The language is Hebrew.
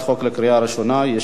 יש כמה נרשמים